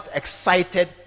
excited